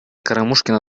карамушкина